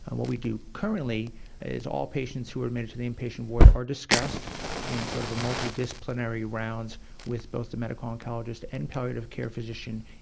and what we do currently is all patients who are admitted to the inpatient ward are discussed in sort of multidisciplinary rounds with both the medical oncologist and palliative care physician,